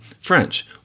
French